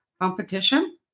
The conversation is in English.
competition